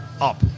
up